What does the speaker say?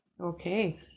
Okay